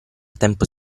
tempo